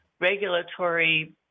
regulatory